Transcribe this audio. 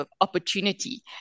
opportunity